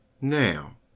Now